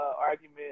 argument